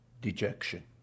dejection